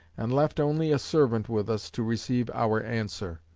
and left only a servant with us to receive our answer.